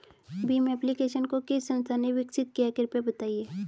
Bhim application को किस संस्था ने विकसित किया है कृपया बताइए?